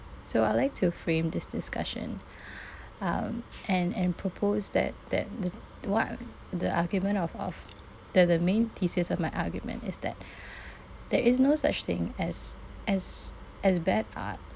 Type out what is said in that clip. so I'd like to frame this discussion um and and propose that that the the why the argument of of the the main thesis of my argument is that there is no such thing as as as bad art